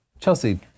Chelsea